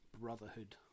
brotherhood